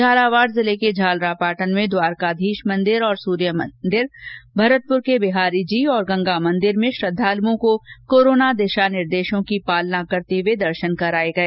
झालावाड़ जिले के झालरापाटन में द्वारकाधीश मंदिर और सूर्य मन्दिर में और भरतपुर के बिहारीजी और गंगा मंदिर में श्रद्धालुओं को कोरोना दिशा निर्देशों की पालना करते हुए दर्शन कराए जा रहे